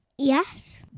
yes